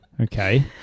Okay